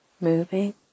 moving